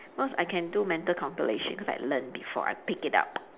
cause I can do mental calculations I learnt before I picked it up